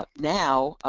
ah now,